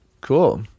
cool